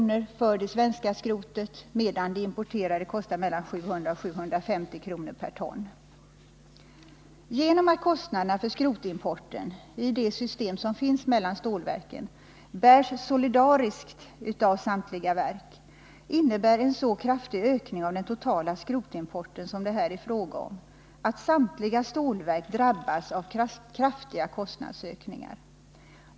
per ton för det svenska skrotet och 700-750 kr. per ton för det importerade. Genom att kostnaderna för skrotimporten i det system som finns mellan stålverken bärs solidariskt av samtliga verk innebär en så kraftig ökning av den totala skrotimporten som det här är fråga om att samtliga stålverk drabbas av kraftiga kostnadsökningar.